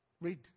Read